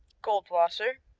goldwasser,